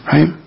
Right